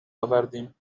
آوردیم